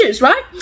right